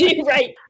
Right